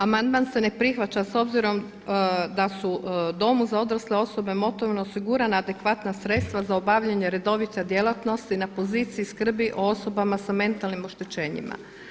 Amandman se ne prihvaća s obzirom da su domu za odrasle osobe Motovun osigurana adekvatna sredstva za obavljanje redovite djelatnosti na poziciji skrbi o osobama s mentalnim oštećenjima.